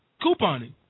Couponing